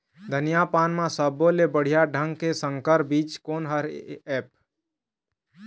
धनिया पान म सब्बो ले बढ़िया ढंग के संकर बीज कोन हर ऐप?